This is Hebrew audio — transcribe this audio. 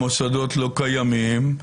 המוסדות לא קיימים.